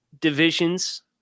divisions